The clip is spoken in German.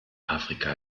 afrika